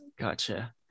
Gotcha